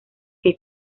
que